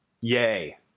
yay